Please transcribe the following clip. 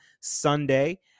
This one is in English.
Sunday